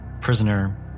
prisoner